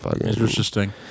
interesting